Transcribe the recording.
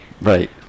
Right